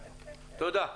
תודה.